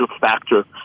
factor